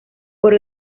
por